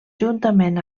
juntament